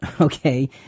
okay